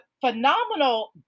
phenomenal